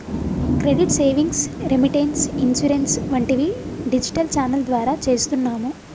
credit savings, remittance, insurance వంటివి digital channel ద్వారా చేస్తున్నాము